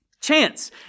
Chance